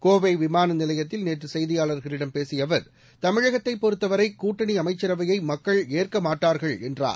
கோவை விமான நிலையத்தில் நேற்று செய்தியாளர்களிடம் பேசிய அவர் தமிழகத்தைப் பொறுத்தவரை கூட்டணி அமைச்சரவையை மக்கள் ஏற்க மாட்டார்கள் என்றார்